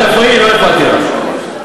אל תפריעי לי, לא הפרעתי לך.